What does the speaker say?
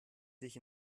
sich